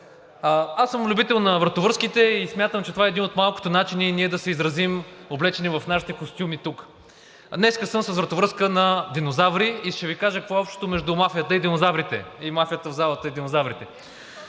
Аз съм любител на вратовръзките и смятам че това е един от малкото начини и ние да се изразим облечени в нашите костюми тук. Днес съм с вратовръзка на динозаври и ще Ви кажа какво е общото между мафията в залата и динозаврите.